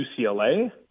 UCLA